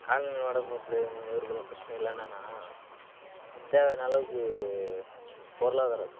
கால்நடை வளர்ப்பில் வர பிரச்சினை என்னனா தேவையான அளவுக்கு பொருளாதாரம்